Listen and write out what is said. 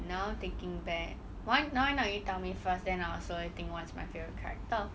now thinking back wh~ why not you tell me first then I'll slowly think what's my favourite character